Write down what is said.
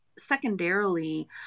Secondarily